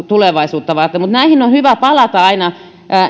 tulevaisuutta varten mutta näihin on hyvä palata aina